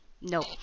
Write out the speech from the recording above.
No